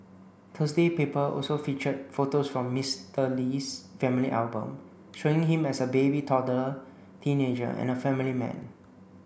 Thursday paper also featured photos from Mister Lee's family album showing him as a baby toddler teenager and a family man